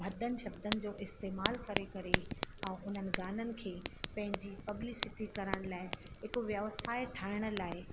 भदनि शब्दनि जो इस्तेमाल करे करे ऐं उन्हनि गाननि खे पंहिंजी पब्लिसिटी करण लाइ हिकु व्यवसाय ठाहिण लाइ